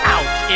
Out